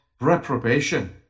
reprobation